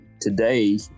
today